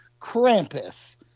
Krampus